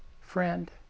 friend